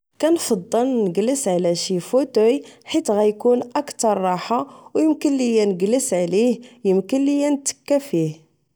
كنفضل نݣلس على شي فوتوي حيت غيكون أكتر راحة أو يمكن ليا نݣلس عليه إيمكن ليا نتكا فيه